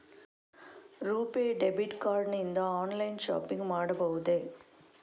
RuPay debit card ನಿಂದ online shopping ಮಾಡಬಹುದೇ?